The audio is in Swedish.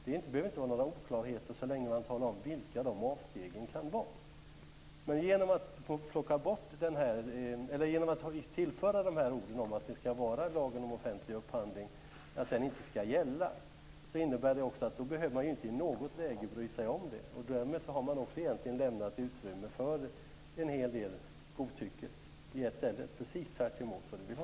Det behöver inte vara några oklarheter så länge man talar om vilka de avstegen kan vara. Genom att man tillför orden om att lagen om offentlig upphandling inte skall gälla medför det att man inte i något läge behöver bry sig om det. Därmed har man egentligen lämnat utrymme för en hel del godtycke. Precis tvärt emot vad Charlotta Bjälkebring vill ha.